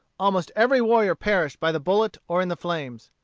almost every warrior perished by the bullet or in the flames.